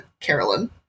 Carolyn